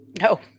No